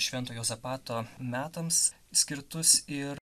švento juozapato metams skirtus ir